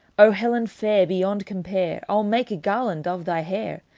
o helen fair, beyond compare! i'll make a garland of thy hair,